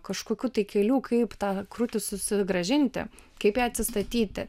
kažkokių tai kelių kaip tą krūtį susigrąžinti kaip ją atsistatyti